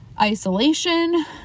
isolation